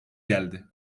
geldi